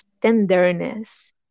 tenderness